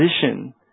position